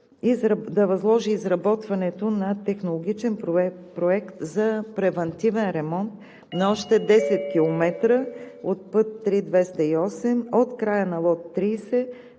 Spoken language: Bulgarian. да възложи изработването на технологичен проект за превантивен ремонт на още 10 км от път III-208 – от края на лот 30